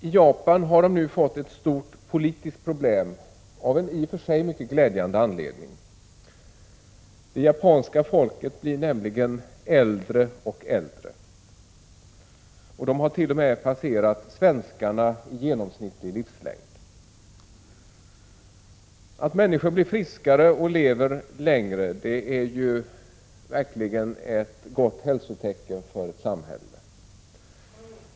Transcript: I Japan har man nu fått ett stort politiskt problem av en i och för sig glädjande anledning. Det japanska folket blir nämligen äldre och äldre. Japanerna har t.o.m. passerat svenskarna i genomsnittlig livslängd. Att människor blir friskare och lever längre är ju verkligen ett gott hälsotecken för ett samhälle.